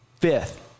fifth